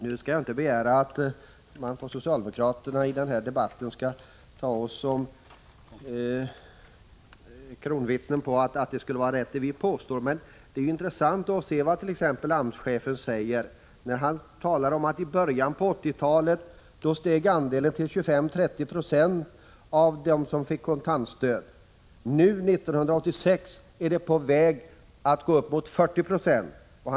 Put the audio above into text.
Nu skall jag inte begära att man från socialdemokraternas sida i den här debatten skall ta oss som kronvittnen på att det vi påstår är rätt. Det är intressant att notera vad t.ex. AMS-chefen säger: I början av 1980-talet steg andelen av dem som fick kontantstöd till 25-30 76. Nu, år 1986, är den på väg att gå upp till 40 26.